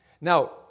Now